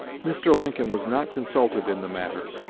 mr. lincoln was not consulted in the matter.